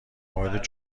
مورد